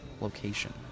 location